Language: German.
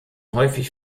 häufig